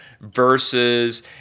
versus